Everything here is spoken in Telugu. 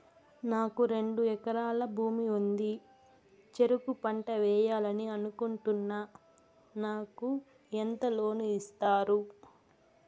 నాకు రెండు ఎకరాల భూమి ఉంది, చెరుకు పంట వేయాలని అనుకుంటున్నా, నాకు ఎంత లోను ఇస్తారు?